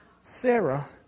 Sarah